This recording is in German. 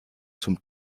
zum